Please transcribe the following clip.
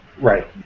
Right